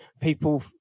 people